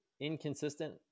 inconsistent